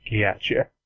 Gotcha